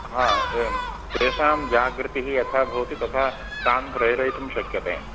एवं तेषां जागृतिः यथा भवति तथा तान् प्रेरयितुं शक्यते